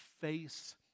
face